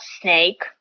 snake